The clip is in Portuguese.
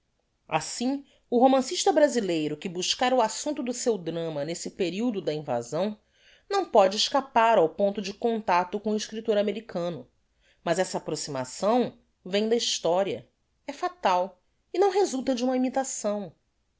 assim o romancista brasileiro que buscar o assumpto do seu drama nesse periodo da invasão não póde escapar ao ponto de contacto com o escriptor americano mas essa approximação vem da historia é fatal e não resulta de uma imitação